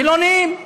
חילונים.